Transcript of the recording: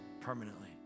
permanently